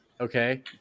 okay